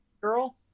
Girl